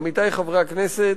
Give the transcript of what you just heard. עמיתי חברי הכנסת,